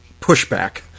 pushback